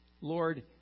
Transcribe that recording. Lord